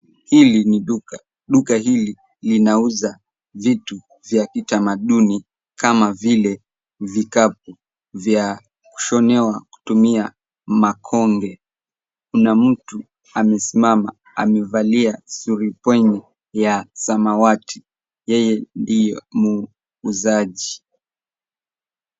Hili ni duka, duka hili linauza vitu vya kitamaduni kama vile vikapu vya kushonewa kutumia makonge. Kuna mtu amesimama amevalia surupwenye ya samawati, yeye ndiye muuzaji.